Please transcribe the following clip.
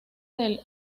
del